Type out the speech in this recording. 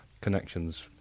connections